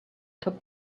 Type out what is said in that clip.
took